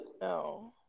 No